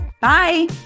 Bye